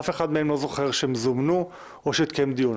אף אחד מהם לא זוכר שהוא זומן או שהתקיים דיון.